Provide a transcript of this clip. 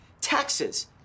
Taxes